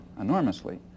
enormously